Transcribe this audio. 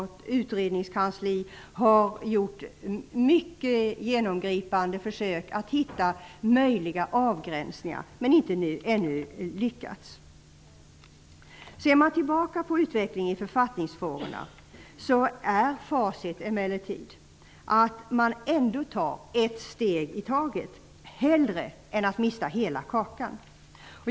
Vårt utredningskansli har gjort genomgripande försök att hitta möjliga avgränsningar men ännu inte lyckats. Om man ser tillbaka på utvecklingen i författningsfrågorna finner man emellertid att man ändå tar ett steg i taget hellre än att mista hela kakan.